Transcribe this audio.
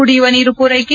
ಕುಡಿಯುವ ನೀರು ಪೂರೈಕೆ